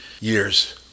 years